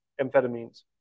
amphetamines